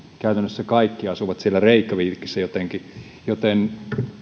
käytännössä kaikki asuvat reykjavikissa joten